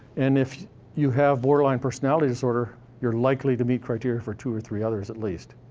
and if you have borderline personality disorder, you're likely to meet criteria for two or three others, at least.